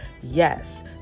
Yes